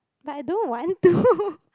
like I don't want to